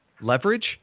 leverage